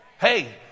Hey